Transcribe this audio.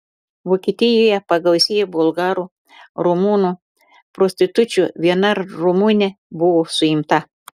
vokietijoje pagausėjo bulgarių ir rumunių prostitučių viena rumunė buvo suimta